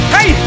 Hey